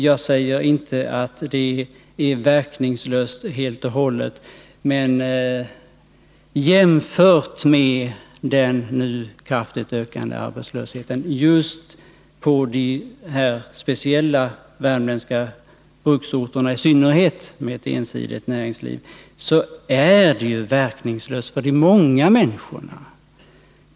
Jag säger inte att de är helt och hållet verkningslösa, men jämfört med den nu kraftigt ökande arbetslösheten i synnerhet på de speciella värmländska bruksorterna med sitt ensidiga näringsliv är de ändå verkningslösa för de många människorna.